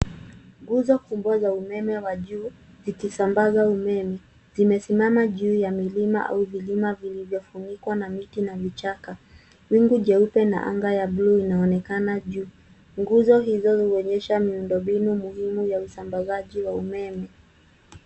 Nguzo kubwa za umeme wa juu zikisambaza umeme. Zimesimama juu ya mlima au vilima vilivyofunikwa na miti na vichaka. Wingu jeupe na anga ya buluu inaonekana juu. Nguzo hizo zinaonyesha miundombinu muhimu ya usambazaji wa umeme.